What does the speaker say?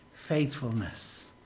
faithfulness